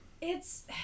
It's-